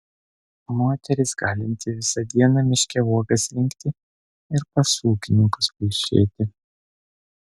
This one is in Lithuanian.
moteris galinti visą dieną miške uogas rinkti ir pas ūkininkus plušėti